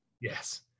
Yes